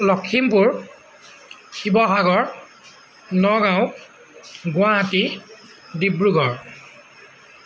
Lakhimpur Sivasagar Nagaon Guwahati Dibrugarh